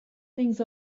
things